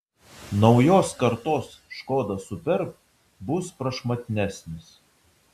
naujos kartos škoda superb bus prašmatnesnis